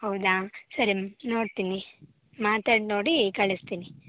ಹೌದಾ ಸರಿ ಮೆ ನೋಡ್ತೀನಿ ಮಾತಾಡಿ ನೋಡಿ ಕಳಿಸ್ತೀನಿ